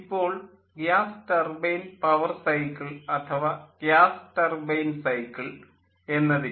ഇപ്പോൾ gas turbine power cycle അഥവാ gas turbine cycle എന്നതിനെ